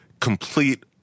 complete